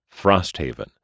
Frosthaven